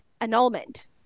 annulment